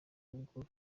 n’ubwo